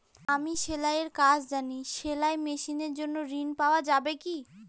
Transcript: আমি সেলাই এর কাজ জানি সেলাই মেশিনের জন্য ঋণ পাওয়া যাবে কি?